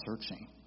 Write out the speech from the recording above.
searching